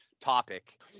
topic